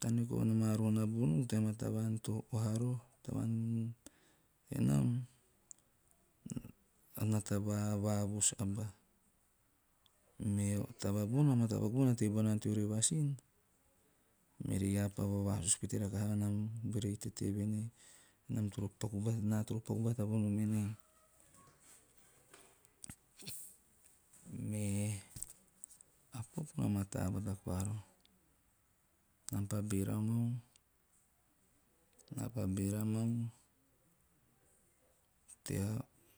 Taneo komana maa roho nabunu tea maa taaem to oha rroho, enam o nata vavos aba mea taba bona, matapaku bona na tei bau nana teo revasin mere iaa pa vavasusu rakaha pete rohoanan bere tete voen ei nam toro paku voenei nam toro paku, naa toro paku bata vonom enei. Me a popo na maataa bata koa roho. Nam pa beera mau naa pa beera mau tea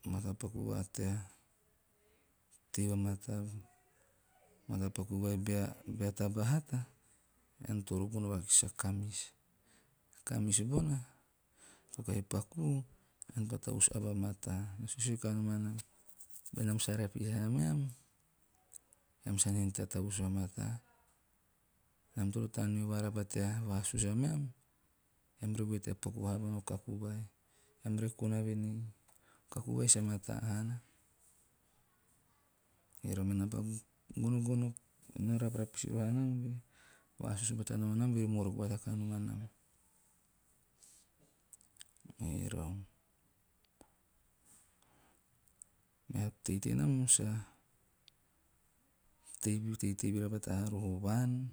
matapaku va tea tei vamataa matapaku vai bea taba hata, ean toro gono vakis a kamis. A kamis bona to kahi pakuu, ean pa tavus aba mataa. Na suesue kanom anam, "benam sa rapis haa ameam, ean sa ante haa nom tea tavus vamataa. Nam toro taneo varaba tea vasusu ameam eam re goe tea paku vahaa maa kaku vai, eam re kona voen ei o kaku vai sa mataa haana." Erau menam pa gonogono na rap- rapisi roho anam beori morroko bata kanom anam. Merau, mea tei tenam sa teitei vira bata haa roho vaan.